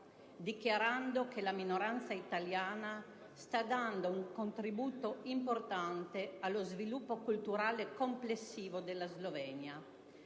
dichiarando che la minoranza italiana sta dando un contributo importante allo sviluppo culturale complessivo della Slovenia.